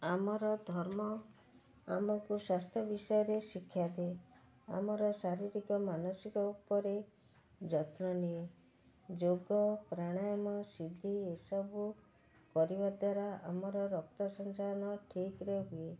ଆମର ଧର୍ମ ଆମକୁ ସ୍ୱାସ୍ଥ୍ୟ ବିଷୟରେ ଶିକ୍ଷା ଦିଏ ଆମର ଶାରୀରିକ ମାନସିକ ଉପରେ ଯତ୍ନ ନିଏ ଯୋଗ ପ୍ରାଣାୟମ ସିଦ୍ଧି ଏସବୁ କରିବା ଦ୍ୱାରା ଆମର ରକ୍ତ ସଞ୍ଚାଳନ ଠିକ୍ରେ ହୁଏ